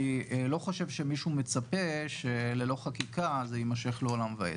אני לא חושב שמישהו מצפה שללא חקיקה זה יימשך לעולם ועד.